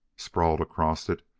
sprawled across it,